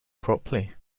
properly